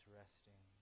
resting